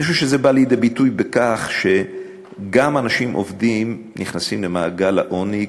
אני חושב שזה בא לידי ביטוי בכך שגם אנשים עובדים נכנסים למעגל העוני,